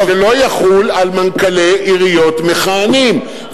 שלא יחול על מנכ"לי עיריות מכהנים,